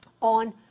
On